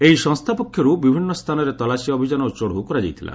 ଏହି ସଂସ୍ଥା ପକ୍ଷରୁ ବିଭିନ୍ନ ସ୍ଥାନରେ ତଲାସି ଅଭିଯାନ ଓ ଚଢ଼ଉ କରାଯାଇଥିଲା